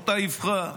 באותה אבחה: